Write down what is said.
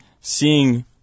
seeing